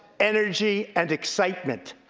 energy, and excitement.